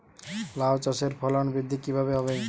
লাউ চাষের ফলন বৃদ্ধি কিভাবে হবে?